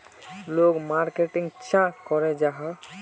लोग मार्केटिंग चाँ करो जाहा?